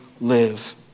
live